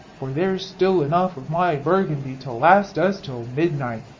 for there's still enough of my burgundy to last us till midnight.